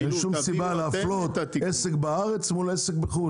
אין שום סיבה להפלות עסק בארץ מול עסק בחו"ל.